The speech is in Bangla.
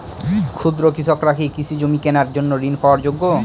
ক্ষুদ্র কৃষকরা কি কৃষি জমি কেনার জন্য ঋণ পাওয়ার যোগ্য?